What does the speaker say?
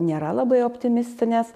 nėra labai optimistinės